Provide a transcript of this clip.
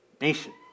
nation